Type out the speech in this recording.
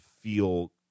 feel